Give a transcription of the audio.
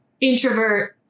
introvert